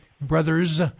brothers